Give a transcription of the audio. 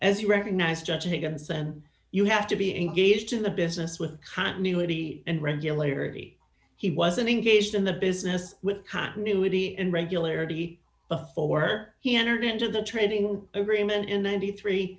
as you recognize judging and send you have to be engaged in the business with continuity and regularity he wasn't engaged in the business with continuity in regularity before he entered into the trading agreement in the ninety three